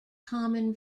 common